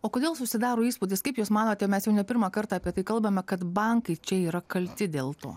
o kodėl susidaro įspūdis kaip jūs manote mes jau ne pirmą kartą apie tai kalbame kad bankai čia yra kalti dėl to